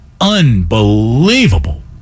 unbelievable